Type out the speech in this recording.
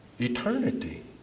eternity